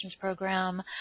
Program